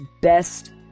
best